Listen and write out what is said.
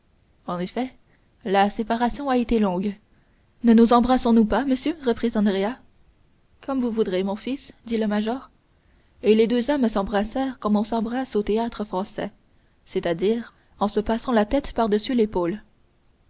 en effet la séparation a été longue ne nous embrassons nous pas monsieur reprit andrea comme vous voudrez mon fils dit le major et les deux hommes s'embrassèrent comme on s'embrasse au théâtre-français c'est-à-dire en se passant la tête par-dessus l'épaule